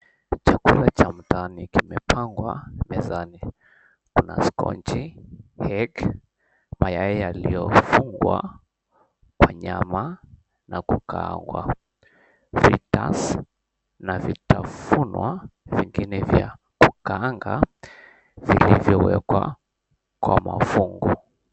Chakula cha mtaani kimepangwa mezani. Kuna skonji, egg mayai yaliyofungwa kwa nyama na kukaangwa. Vitas na vitafunwa vingine vya kukaanga vilivyowekwa kwa mafungu.